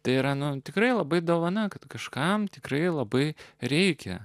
tai ir ano tikrai labai dovana kad kažkam tikrai labai reikia